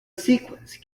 sequence